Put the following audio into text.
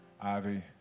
Ivy